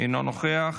אינו נוכח.